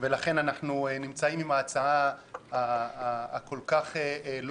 לכן אנחנו נמצאים עם ההצעה הכל כך לא